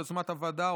ביוזמת הוועדה,